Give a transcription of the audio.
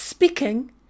Speaking